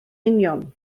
union